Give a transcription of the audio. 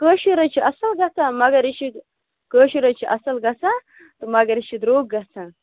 کٲشُر ہے چھُ اصٕل گژھان مگر یہِ چھُ کٲشُرے چھُ اصٕل گژھان تہٕ مگر یہِ چھُ درٛوٚگ گژھان